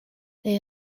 they